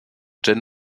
jane